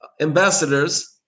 ambassadors